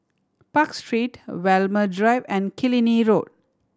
Park Street Walmer Drive and Killiney Road